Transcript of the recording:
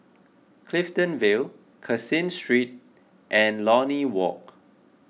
Clifton Vale Caseen Street and Lornie Walk